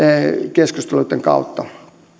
keskusteluitten kautta